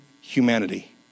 humanity